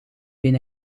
been